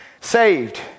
saved